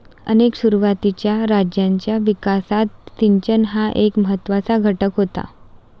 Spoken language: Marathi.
अनेक सुरुवातीच्या राज्यांच्या विकासात सिंचन हा एक महत्त्वाचा घटक होता